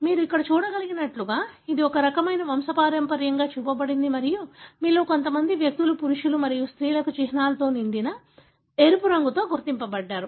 మీరు ఇక్కడ చూడగలిగినట్లుగా ఇది ఒక రకమైన వంశపారంపర్యంగా చూపబడింది మరియు మీలో కొంతమంది వ్యక్తులు పురుషులు మరియు స్త్రీలకు చిహ్నాలతో నిండిన ఎరుపు రంగుతో గుర్తించబడ్డారు